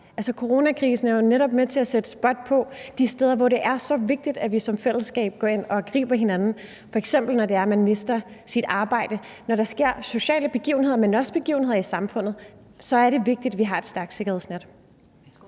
Coronakrisen er jo netop med til at sætte spot på de steder, hvor det er så vigtigt, at vi som fællesskab går ind og griber hinanden, f.eks. når man mister sit arbejde. Når der sker sociale begivenheder, men også begivenheder i samfundet, så er det vigtigt, at vi har et stærkt sikkerhedsnet.